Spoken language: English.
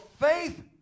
faith